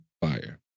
fire